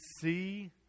see